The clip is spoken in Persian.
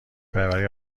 پروری